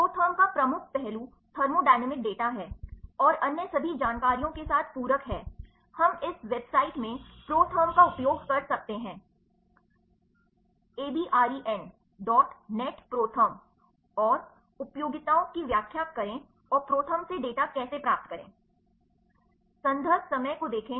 ProTherm का प्रमुख पहलू थर्मोडायनामिक डेटा है और अन्य सभी जानकारियों के साथ पूरक है हम इस वेबसाइट में ProTherm का उपयोग कर सकते हैं abren dot net ProTherm और उपयोगिताओं की व्याख्या करें और Protherm से डेटा कैसे प्राप्त करें